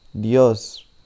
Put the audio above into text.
Dios